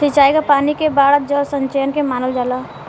सिंचाई क पानी के बाढ़ जल संचयन भी मानल जाला